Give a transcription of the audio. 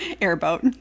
airboat